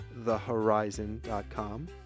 thehorizon.com